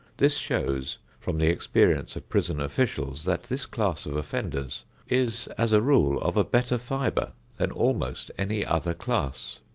this shows from the experience of prison officials that this class of offenders is, as a rule, of a better fibre than almost any other class.